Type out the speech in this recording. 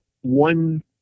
one